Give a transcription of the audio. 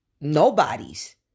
nobody's